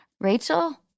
Rachel